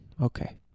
Okay